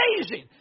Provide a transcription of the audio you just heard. Amazing